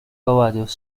caballos